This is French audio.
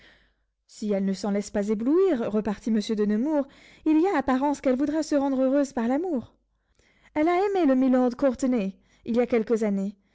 si elle ne s'en laisse pas éblouir repartit monsieur de nemours il y a apparence qu'elle voudra se rendre heureuse par l'amour elle a aimé le milord courtenay il y a déjà quelques années